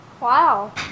Wow